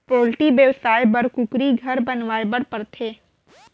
poultry बेवसाय बर कुकुरी घर बनवाए बर परथे